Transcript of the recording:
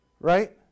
Right